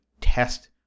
test